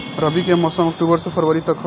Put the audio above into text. रबी के मौसम अक्टूबर से फ़रवरी तक ह